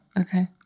Okay